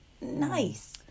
nice